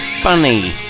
funny